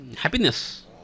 Happiness